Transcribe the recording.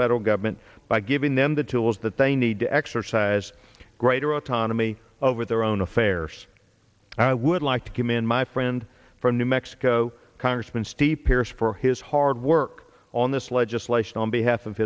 federal government by giving them the tools that they need to exercise greater autonomy over their own affairs and i would like to commend my friend from new mexico congressman steve pearce for his hard work on this legislation on behalf of